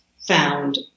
found